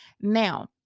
Now